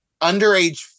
underage